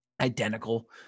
identical